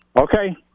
Okay